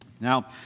Now